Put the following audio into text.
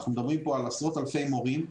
אנחנו מדברים פה על עשרות אלפי מורים שטרם,